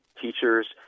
teachers